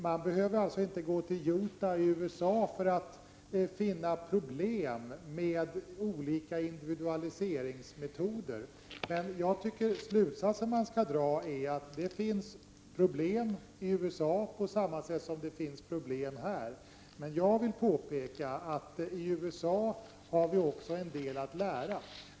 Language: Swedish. Man behöver alltså inte gå till Utah i USA för att finna problem med olika individualiseringsmetoder. Jag tycker att den slutsats man skall dra är att det finns problem i USA på samma sätt som det finns problem här. Men jag vill påpeka att vi också har en del att lära av USA.